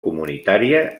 comunitària